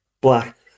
black